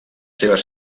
seves